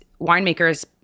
winemakers